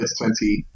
2020